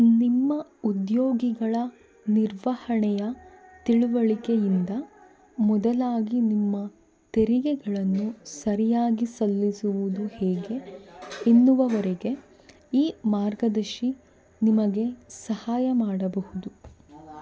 ನಿಮ್ಮ ಉದ್ಯೋಗಿಗಳ ನಿರ್ವಹಣೆಯ ತಿಳುವಳಿಕೆಯಿಂದ ಮೊದಲಾಗಿ ನಿಮ್ಮ ತೆರಿಗೆಗಳನ್ನು ಸರಿಯಾಗಿ ಸಲ್ಲಿಸುವುದು ಹೇಗೆ ಎನ್ನುವವರೆಗೆ ಈ ಮಾರ್ಗದರ್ಶಿ ನಿಮಗೆ ಸಹಾಯ ಮಾಡಬಹುದು